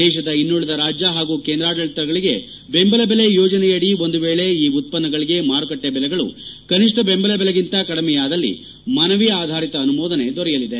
ದೇಶದ ಇನ್ನುಳಿದ ರಾಜ್ಯ ಹಾಗೂ ಕೇಂದ್ರಾಡಳತಗಳಿಗೆ ಬೆಂಬಲ ಬೆಲೆ ಯೋಜನೆಯಡಿ ಒಂದು ವೇಳೆ ಈ ಉತ್ಪನ್ನಗಳಿಗೆ ಮಾರುಕಟ್ಟೆ ಬೆಲೆಗಳು ಕನಿಷ್ಠ ಬೆಂಬಲ ಬೆಲೆಗಿಂತ ಕಡಿಮೆಯಾದಲ್ಲಿ ಮನವಿ ಆಧರಿತ ಅನುಮೋದನೆ ದೊರೆಯಲಿದೆ